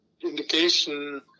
indication